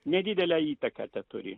nedidelę įtaką teturi